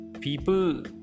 people